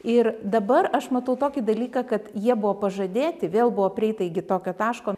ir dabar aš matau tokį dalyką kad jie buvo pažadėti vėl buvo prieita iki tokio taško